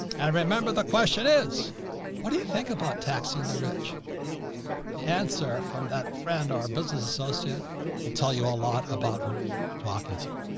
i remember the question is what do you think about taxing the rich the answer from that friend? our business associate will tell you a lot about who you talking to.